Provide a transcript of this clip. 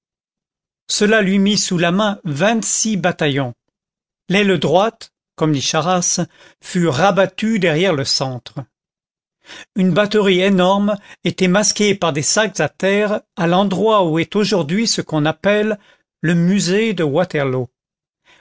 cela lui mit sous la main vingt-six bataillons l'aile droite comme dit charras fut rabattue derrière le centre une batterie énorme était masquée par des sacs à terre à l'endroit où est aujourd'hui ce qu'on appelle le musée de waterloo